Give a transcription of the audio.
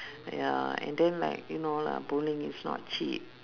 ya and then like you know lah bowling is not cheap